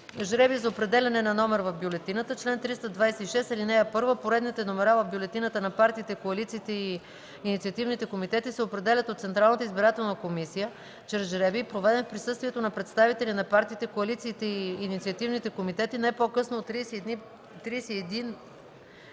„Жребий за определяне на номер в бюлетината Чл. 326. (1) Поредните номера в бюлетината на партиите, коалициите и инициативни комитети се определят от Централната избирателна комисия чрез жребий, проведен в присъствието на представители на партиите, коалициите и инициативните комитети не по-късно от 31